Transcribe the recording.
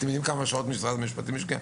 אתם יודעים כמה שעות הוא השקיע?